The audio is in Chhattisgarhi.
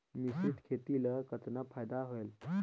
मिश्रीत खेती ल कतना फायदा होयल?